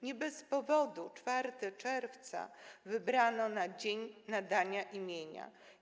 Nie bez powodu 4 czerwca wybrano na dzień nadania imienia.